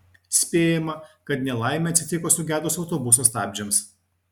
spėjama kad nelaimė atsitiko sugedus autobuso stabdžiams